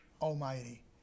Almighty